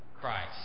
Christ